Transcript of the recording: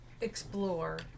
explore